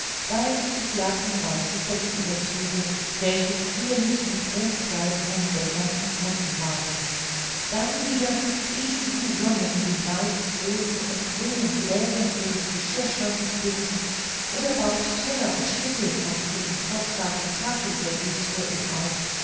bald die glatten weißen bettüberzüge welche zierlich mit rothseidenen bändern umwunden waren dann wieder ließ sie die sonne in den weißen rothen und grünen gläsern ihres geschirrschrankes blitzen oder baute teller und schüsseln aus ihrem kostbaren tafelservice vor ihm auf